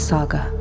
Saga